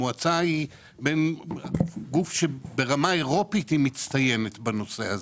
המועצה היא גוף שברמה אירופית היא מצטיינת בנושא הזה.